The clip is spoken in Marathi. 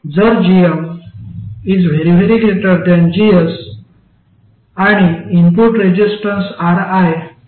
आणि इनपुट रेसिस्टन्स Ri 1gm